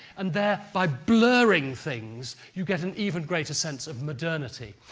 and there, by blurring things, you get an even greater sense of modernity.